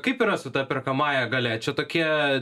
kaip yra su ta perkamąja galia čia tokie